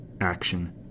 action